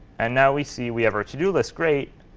and now we see we have our to do list. great,